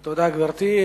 תודה, גברתי.